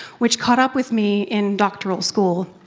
which caught up with me in doctoral school.